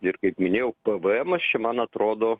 ir kaip minėjau pavaemas čia man atrodo